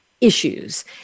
issues